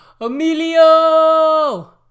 Emilio